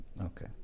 Okay